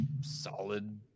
solid